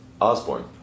Osborne